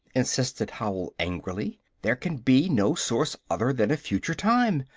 insisted howell angrily. there can be no source other than a future time!